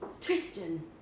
Tristan